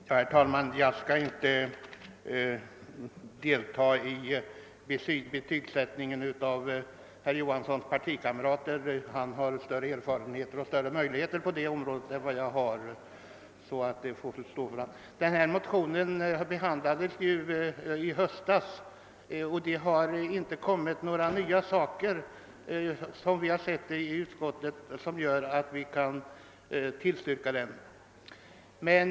Herr talman! Jag skall inte delta i betygsättningen av herr Johanssons i Växjö partikamrater. I det fallet har herr Johansson större erfarenheter och bättre möjligheter än jag; betyget får därför stå för hans räkning. Den fråga som det här gäller behand lades även i höstas, och enligt utskottets mening har det inte tillkommit något nytt sedan dess som gjort att utskottet kunde tillstyrka motionen.